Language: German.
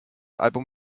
album